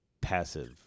passive